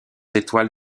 étoiles